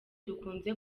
dukunze